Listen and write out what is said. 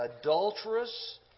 adulterous